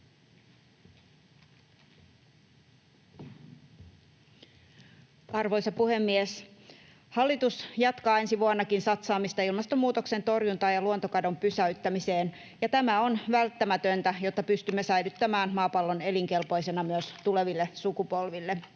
Arvoisa puhemies! Hallitus jatkaa ensi vuonnakin satsaamista ilmastonmuutoksen torjuntaan ja luontokadon pysäyttämiseen, ja tämä on välttämätöntä, jotta pystymme säilyttämään maapallon elinkelpoisena myös tuleville sukupolville.